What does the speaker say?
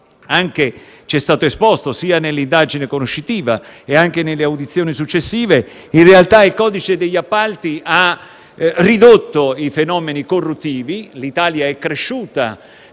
anche c'è stato esposto sia nell'indagine conoscitiva che nelle audizioni successive, il codice degli appalti ha ridotto i fenomeni corruttivi. L'Italia è cresciuta